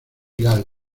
leal